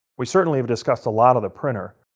we certainly have discussed a lot of the printer.